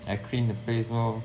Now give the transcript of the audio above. I clean the place lor